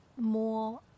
more